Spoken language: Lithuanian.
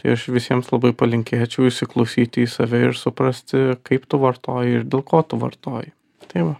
tai aš visiems labai palinkėčiau įsiklausyti į save ir suprasti kaip tu vartoji ir dėl ko tu vartoji tai va